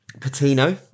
Patino